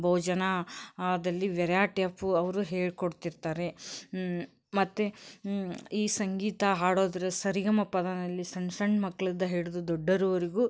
ಭೋಜನ ದಲ್ಲಿ variety of ಅವರು ಹೇಳಿಕೊಡ್ತಿರ್ತಾರೆ ಮತ್ತು ಈ ಸಂಗೀತ ಹಾಡೋದ್ರ ಸರಿಗಮಪನಲ್ಲಿ ಸಣ್ಣ ಸಣ್ಣ ಮಕ್ಳದು ಹಿಡಿದು ದೊಡ್ಡೋರ್ವರ್ಗೂ